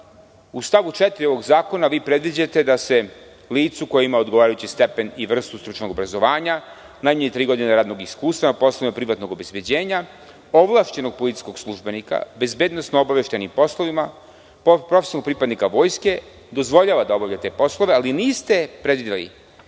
u stavu 4. ovog zakona predviđate da se licu koje ima odgovarajući stepen i vrstu stručnog obrazovanja, najmanje tri godine radnog iskustva na poslovima privatnog obezbeđenja, ovlašćenog policijskog službenika na bezbednosno-obaveštajnim poslovima, profesionalnog pripadnika Vojske, dozvoljava da obavlja te poslove, ali niste predvideli